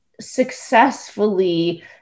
successfully